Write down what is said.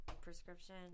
prescription